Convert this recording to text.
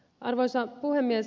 arvoisa puhemies